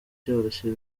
byoroshye